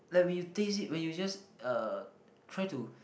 like when you taste it like when you just uh try to